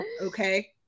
Okay